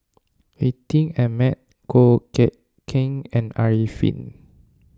Atin Amat Goh Eck Kheng and Arifin